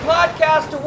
Podcast